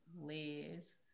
Liz